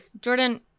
Jordan